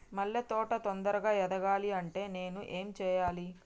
మల్లె తోట తొందరగా ఎదగాలి అంటే నేను ఏం చేయాలి?